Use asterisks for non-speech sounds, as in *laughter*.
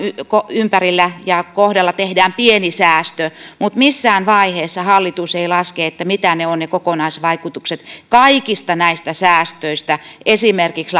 ympärillä ja kohdalla tehdään pieni säästö mutta missään vaiheessa hallitus ei laske mitä ovat ne kokonaisvaikutukset kaikista näistä säästöistä esimerkiksi *unintelligible*